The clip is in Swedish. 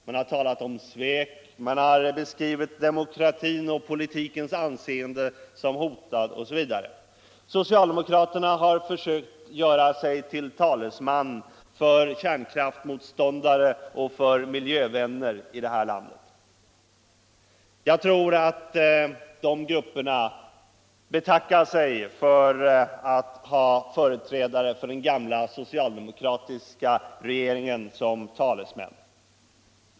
Man har talat om svek, man har beskrivit demokratin och politikens anseende som hotade, osv. Socialdemokraterna har försökt göra sig till talesmän för kärnkraftsmotståndare och för miljövänner i det här landet. Jag tror att de grupperna betackar sig för att ha företrädare för den gamla socialdemokratiska regeringen som talesmän.